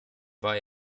war